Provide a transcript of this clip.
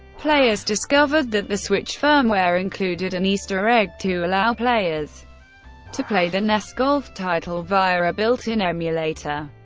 players discovered that the switch's firmware included an easter egg to allow players to play the nes golf title via a built-in emulator.